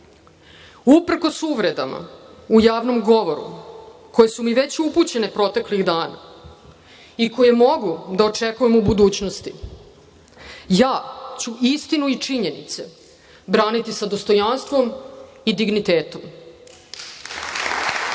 sve. Uprkos uvredama u javnom govoru koje su mi već upućene proteklih dana i koje mogu da očekujem u budućnosti, ja ću istinu i činjenice braniti sa dostojanstvom i dignitetom. Najveći